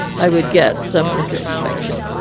i would get some introspection